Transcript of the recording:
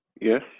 yes